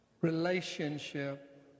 relationship